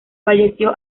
falleció